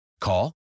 Call